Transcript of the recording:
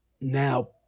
now